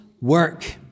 work